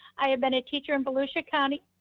i have been a teacher in volusia county.